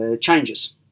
changes